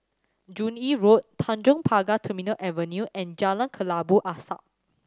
Joo Yee Road Tanjong Pagar Terminal Avenue and Jalan Kelabu Asap